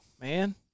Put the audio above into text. man